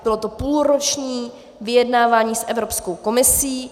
Bylo to půlroční vyjednávání s Evropskou komisí.